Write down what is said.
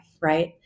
Right